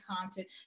content